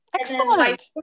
Excellent